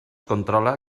controla